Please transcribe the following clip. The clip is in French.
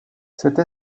cette